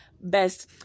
best